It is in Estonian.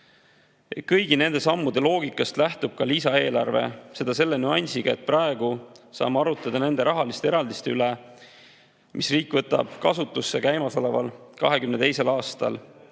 nende sammude loogikast lähtub ka lisaeelarve. Seda selle nüansiga, et praegu saame arutada nende rahaeraldiste üle, mis riik võtab kasutusse käimasoleval, 2022. aastal.